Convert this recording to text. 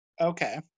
Okay